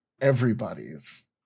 everybody's